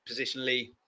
positionally